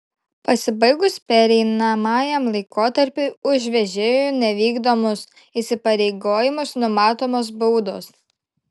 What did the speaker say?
pasibaigus pereinamajam laikotarpiui už vežėjų nevykdomus įsipareigojimus numatomos baudos